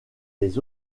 les